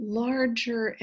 larger